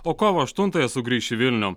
o kovo aštuntąją sugrįš į vilnių